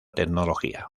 tecnología